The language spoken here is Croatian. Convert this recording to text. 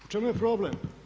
U čemu je problem?